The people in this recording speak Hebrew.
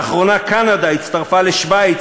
לאחרונה קנדה הצטרפה לשווייץ,